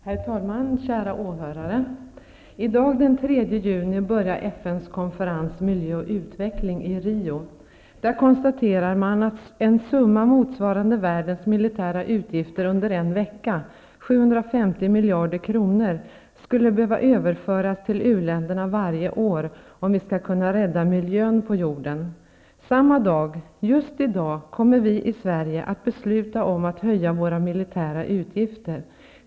Herr talman! Kära åhörare! I dag den 3 juni börjar FN:s konferens Miljö och utveckling i Rio. Där konstaterar man att en summa motsvarande världens militära utgifter under en vecka, 750 miljarder kronor, skulle behöva överföras till uländerna varje år om vi skall kunna rädda miljön på jorden. Samma dag, just i dag, kommer vi i Sverige att besluta om att höja våra militära utgifter.